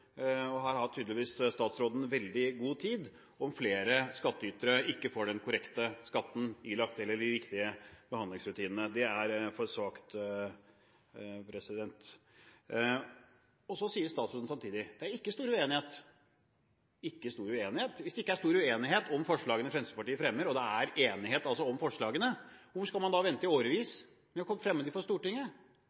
har tydeligvis veldig god tid når det gjelder spørsmålene om hvorvidt flere skattytere blir ilagt den korrekte skatten eller ikke, og hvorvidt riktige behandlingsrutiner blir fulgt eller ikke. Det er for svakt. Så sier statsråden samtidig at det ikke er stor uenighet. Ikke stor uenighet? Hvis det ikke er stor uenighet om forslagene Fremskrittspartiet fremmer, og det er enighet om forslagene, hvorfor skal man da vente i årevis med å